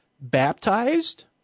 baptized